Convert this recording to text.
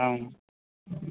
ஆமாம்